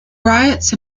riots